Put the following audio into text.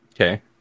Okay